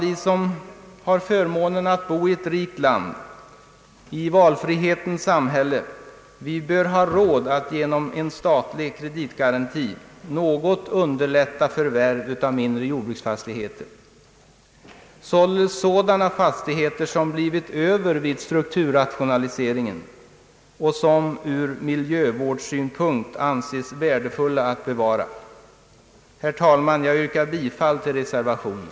Vi som har förmånen att bo i ett rikt land, i valfrihetens samhälle, bör ha råd att genom en statlig kreditgaranti något underlätta förvärv av mindre jordbruksfastigheter, således fastigheter som har blivit över vid strukturrationaliseringen och som ur miljövårdssynpunkt anses värdefulla att bevara. Jag yrkar, herr talman, bifall till reservationen.